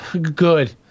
Good